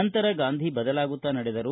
ನಂತರ ಗಾಂಧಿ ಬದಲಾಗುತ್ತ ನಡೆದರು